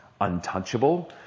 untouchable